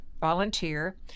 volunteer